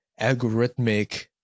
algorithmic